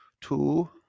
Two